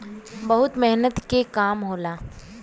बहुत मेहनत के काम होला